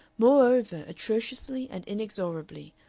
moreover, atrociously and inexorably,